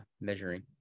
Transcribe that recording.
measuring